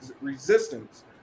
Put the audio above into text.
resistance